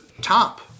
top